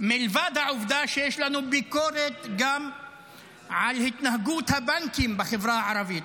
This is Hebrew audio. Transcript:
מלבד העובדה שיש לנו ביקורת גם על התנהגות הבנקים בחברה הערבית,